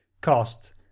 cost